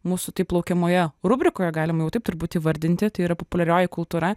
mūsų taip laukiamoje rubrikoje galima jau taip turbūt įvardinti tai yra populiarioji kultūra